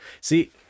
See